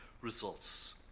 results